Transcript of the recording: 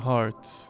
Hearts